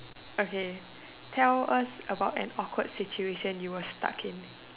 okay tell us about an awkward situation you were stuck in